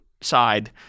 side